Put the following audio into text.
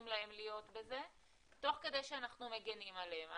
להם להיות בזה תוך כדי שאנחנו מגנים עליהם.